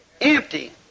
Empty